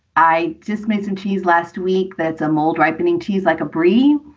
i just made some cheese last week. that's a mold ripening cheese like a brie.